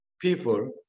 people